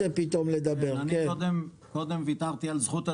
אני קודם ויתרתי על זכות הדיבור,